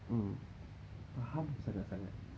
mm faham sangat-sangat